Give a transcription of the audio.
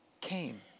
came